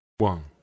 One